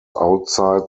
outside